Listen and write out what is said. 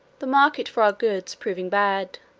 the market for our goods proving bad